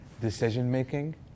decision-making